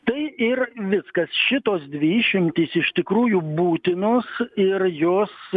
tai ir viskas šitos dvi išimtys iš tikrųjų būtinos ir jos